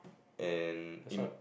and in